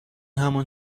همان